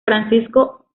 francisco